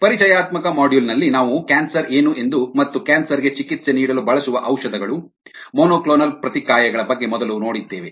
ಪರಿಚಯಾತ್ಮಕ ಮಾಡ್ಯೂಲ್ನಲ್ಲಿ ನಾವು ಕ್ಯಾನ್ಸರ್ ಏನು ಎಂದು ಮತ್ತು ಕ್ಯಾನ್ಸರ್ಗೆ ಚಿಕಿತ್ಸೆ ನೀಡಲು ಬಳಸುವ ಔಷಧಗಳು ಮೊನೊಕ್ಲೋನಲ್ ಪ್ರತಿಕಾಯಗಳ ಬಗ್ಗೆ ಮೊದಲು ನೋಡಿದ್ದೇವೆ